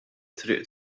triq